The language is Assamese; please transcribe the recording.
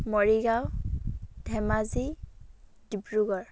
মৰিগাঁও ধেমাজি ডিব্ৰুগড়